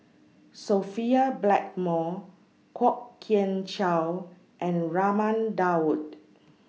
Sophia Blackmore Kwok Kian Chow and Raman Daud